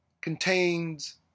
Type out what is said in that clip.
contains